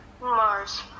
mars